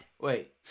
Wait